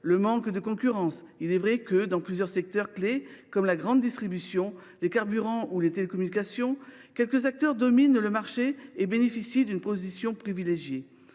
le manque de concurrence. Il est vrai que, dans plusieurs secteurs clés, comme la grande distribution, les carburants ou les télécommunications, quelques acteurs dominent le marché et bénéficient d’une position privilégiée.